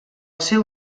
seu